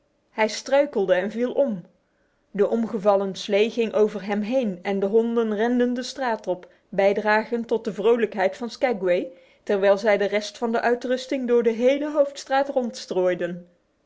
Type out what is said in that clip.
hij struikelde en viel om de omgevallen slee ging over hem heen en de honden renden de straat op bijdragend tot de vrolijkheid van skaguay terwijl zij de rest van de uitrusting door de hele hoofdstraat